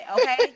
Okay